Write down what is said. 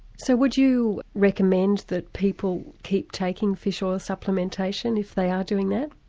so would you recommend that people keep taking fish oil supplementation if they are doing that?